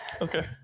Okay